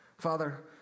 Father